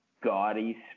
gaudy